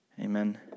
Amen